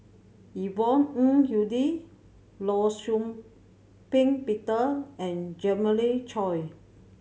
Yvonne Ng Uhde Law Shau Ping Peter and Jeremiah Choy